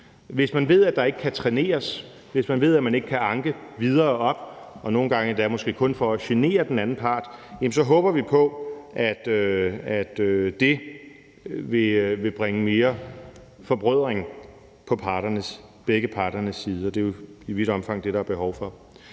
Hvis man ved, at der ikke kan træneres, hvis man ved, at man ikke kan anke videre op – og nogle gange endda måske kun for at genere den anden part – så håber vi på, at det vil bringe mere forbrødring på begge parternes side, og det er i vidt omfang det, der er behov for.